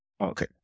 Okay